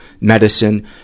medicine